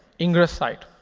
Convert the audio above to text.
ingress side.